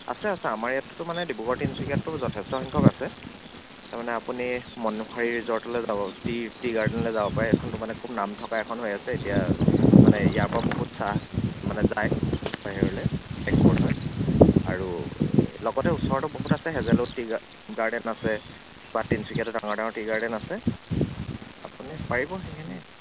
আছে আছে আমাৰ ইয়াততো তো মানে ডিব্ৰুগড় তিনচুকীয়াততো যথেষ্ট সংখ্যক আছে তাৰমানে আপুনি মনোহাৰী ৰিজৰ্টলৈ যাব টি টি গাৰ্ডেনলৈ যাব পাৰে এইখনতো মানে খুব নাম থকা এখন হৈ আছে এতিয়া মানে ইয়াৰ পৰা বহুত চাহ মানে যায় বাহিৰলৈ এক্সপৰ্ট হয় আৰু এই লগতে ওচৰতো বহুত আছে হেজেল উড টি গাৰ্ডেন আছে বা তিনচুকীয়াতো ডাঙৰ ডাঙৰ টি গাৰ্ডেন আছে আপুনি পাৰিব সেইখিনি